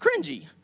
cringy